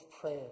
prayer